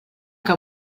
que